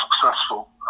successful